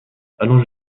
allant